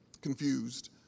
confused